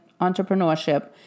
entrepreneurship